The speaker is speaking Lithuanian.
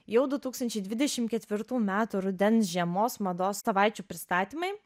jau du tūkstančiai dvidešim ketvirtų metų rudens žiemos mados savaičių pristatymai